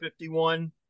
51